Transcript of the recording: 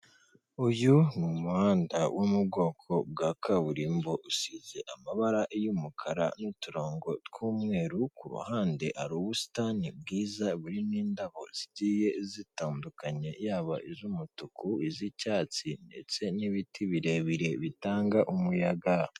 Uyu ni umuhanda wo mu bwoko bwa kaburimbo usize amabara y'umukara n'uturongo tw'umweru ku ruhande hari ubusitani bwiza burimo indabo zigiye zitandukanye, yaba iz'umutuku iz'icyatsi ndetse n'ibiti birebire bitanga umuyaga.